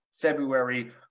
February